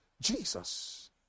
Jesus